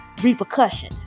repercussion